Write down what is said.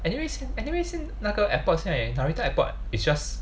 anyway 现 anyway 现那个 airport 现在 Narita airport it's just